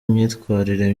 imyitwarire